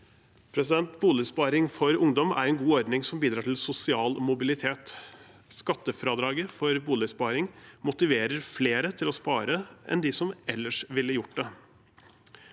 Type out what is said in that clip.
Boligsparing for ungdom er en god ordning som bidrar til sosial mobilitet. Skattefradraget for boligsparing motiverer flere til å spare enn dem som ellers ville gjort det.